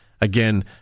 again